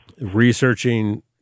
researching